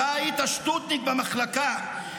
"אתה היית --- שטותניק במחלקה,